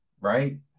right